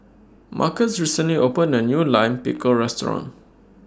Marcus recently opened A New Lime Pickle Restaurant